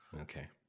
Okay